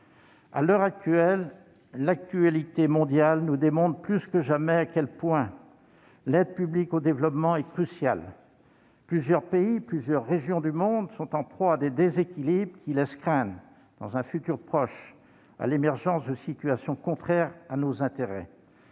À l'heure actuelle, l'actualité mondiale nous montre plus que jamais à quel point l'aide publique au développement est cruciale. Plusieurs pays, plusieurs régions du monde, sont en proie à des déséquilibres qui laissent craindre, dans un futur proche, l'émergence de situations contraires à nos intérêts.